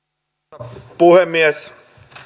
arvoisa puhemies